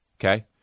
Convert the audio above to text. okay